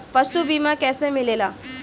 पशु बीमा कैसे मिलेला?